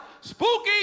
spooky